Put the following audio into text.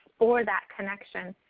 for that connection.